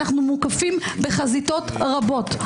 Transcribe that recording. אנו מוקפים בחזיתות רבות.